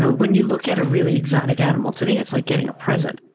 when you look at a really exotic animal, to me, it's like getting a present.